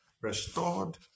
restored